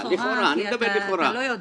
לכאורה, כי אתה לא יודע.